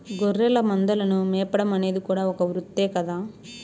గొర్రెల మందలను మేపడం అనేది కూడా ఒక వృత్తే కదా